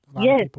yes